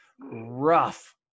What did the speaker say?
rough